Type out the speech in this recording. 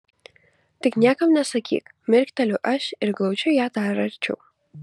tik niekam nesakyk mirkteliu aš ir glaudžiu ją dar arčiau